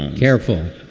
careful